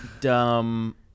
Dumb